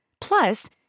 Plus